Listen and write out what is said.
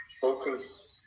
Focus